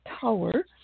tower